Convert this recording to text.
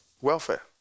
welfare